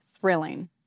Thrilling